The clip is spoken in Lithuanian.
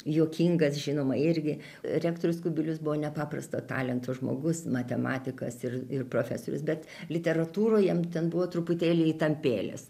juokingas žinoma irgi rektorius kubilius buvo nepaprasto talento žmogus matematikas ir ir profesorius bet literatūroj jam ten buvo truputėlį įtampėlės